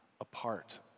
apart